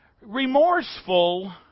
remorseful